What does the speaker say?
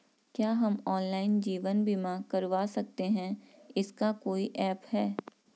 क्या हम ऑनलाइन जीवन बीमा करवा सकते हैं इसका कोई ऐप है?